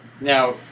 Now